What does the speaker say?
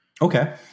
okay